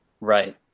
Right